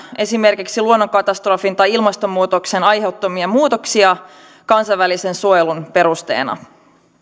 esimerkiksi luonnonkatastrofin tai ilmastonmuutoksen aiheuttamia muutoksia kansainvälisen suojelun perusteena